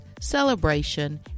celebration